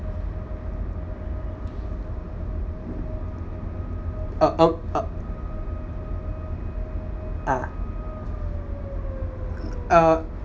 err um ah um